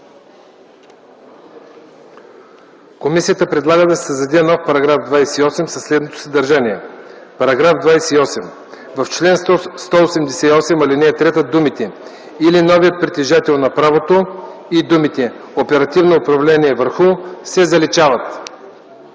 Комисията предлага да се създаде нов § 28 със следното съдържание: „§ 28. В чл. 188, ал. 3 думите „или новият притежател на правото” и думите „оперативно управление върху” се заличават.”